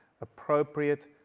appropriate